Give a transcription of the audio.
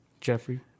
Jeffrey